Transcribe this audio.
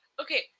okay